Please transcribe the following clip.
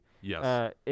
Yes